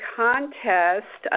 contest